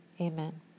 Amen